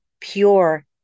pure